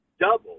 double